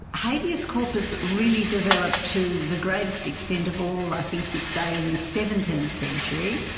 habeas corpus really developed to the greatest extent of all i think you'd say in the seventeenth century,